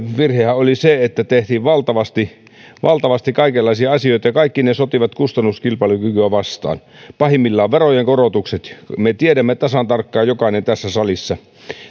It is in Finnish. oli se että tehtiin valtavasti valtavasti kaikenlaisia asioita ja kaikki ne sotivat kustannuskilpailukykyä vastaan pahimmillaan verojen korotukset me tiedämme tasan tarkkaan jokainen tässä salissa